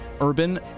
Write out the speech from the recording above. Urban